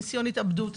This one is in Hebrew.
ניסיון התאבדות,